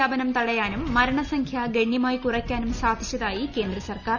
വ്യാപനം തടയാനും മരണസംഖ്യ ഗണ്യമായി കുറയ്ക്കാനും സാധിച്ചതായി കേന്ദ്ര സർക്കാർ